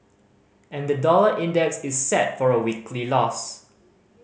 and the dollar index is set for a weekly loss